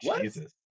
Jesus